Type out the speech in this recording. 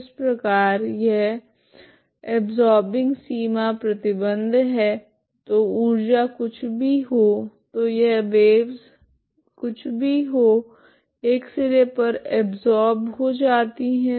तो इस प्रकार यह अबसोरबिंग सीमा प्रतिबंध है तो ऊर्जा कुछ भी हो तो यह वेवस कुछ भी हो एक सिरे पर अबसोरब हो जाती है